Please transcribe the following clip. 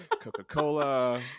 coca-cola